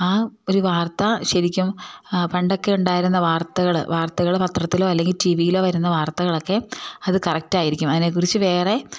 ആ ഒരു വാർത്ത ശരിക്കും പണ്ടൊക്കെ ഉണ്ടായിരുന്ന വാർത്തകൾ വാർത്തകൾ പത്രത്തിലോ അല്ലെങ്കിൽ ടിവിയിലോ വരുന്ന വാർത്തകളൊക്കെ അത് കറക്റ്റ് ആയിരിക്കും അതിനെ കുറിച്ചു വേറെ